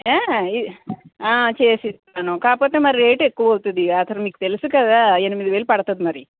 ఏ ఇ చేసిస్తాను కాకపోతే మరి రేటు ఎక్కువ అవుతుంది అసలు మీకు తెలుసు కదా ఎనిమిది వేలు పడుతుంది మరి